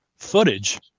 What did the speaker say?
Footage